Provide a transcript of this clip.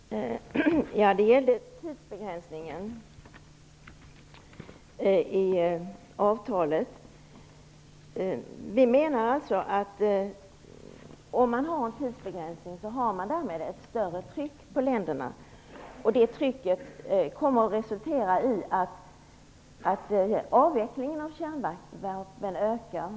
Herr talman! Jag vill ta upp frågan om tidsbegränsningen av avtalet. Vi menar att man i och med en tidsbegränsning har ett större tryck på länderna, och det trycket kommer att resultera i att avvecklingen av kärnvapnen ökar.